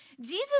jesus